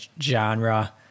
genre